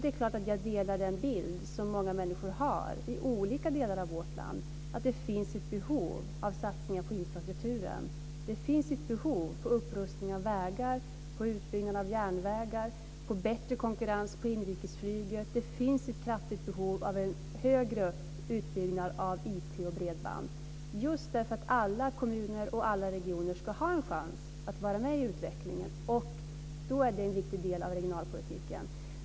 Det är klart att jag delar den bild som många människor har i olika delar av vårt land av att det finns ett behov av satsningar på infrastrukturen. Det finns ett behov av upprustning av vägar, utbyggnad av järnvägar och bättre konkurrens på inrikesflyget. Det finns ett kraftigt behov av en större utbyggnad av IT och bredband just därför att alla kommuner och alla regioner ska ha en chans att vara med i utvecklingen. Då är det en viktig del av regionalpolitiken.